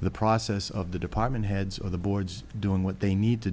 the process of the department heads of the boards doing what they need to